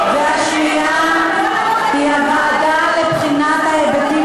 והשנייה היא הוועדה לבחינת ההיבטים